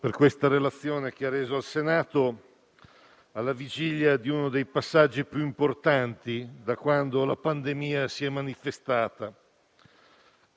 Affrontare il Natale è un passaggio importante, perché lo facciamo con un carico di consapevolezza maggiore rispetto a nove mesi fa.